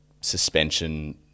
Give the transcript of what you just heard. suspension